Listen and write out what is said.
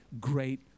great